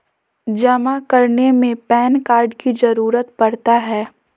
जमा करने में पैन कार्ड की जरूरत पड़ता है?